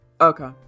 Okay